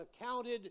accounted